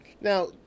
Now